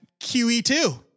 QE2